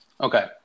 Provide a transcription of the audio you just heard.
Okay